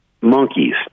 monkeys